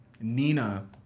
Nina